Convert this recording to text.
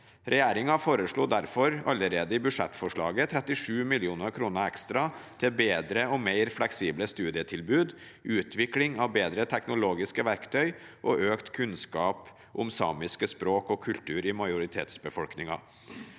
Regjeringen foreslo derfor allerede i budsjettforslaget 37 mill. kr ekstra til bedre og mer fleksible studietilbud, utvikling av bedre teknologiske verktøy og økt kunnskap om samisk språk og kultur i majoritetsbefolkningen.